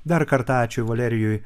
dar kartą ačiū valerijui